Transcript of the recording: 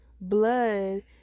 blood